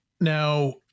Now